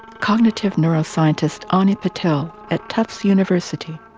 cognitive neuroscientist ani patel at tufts university,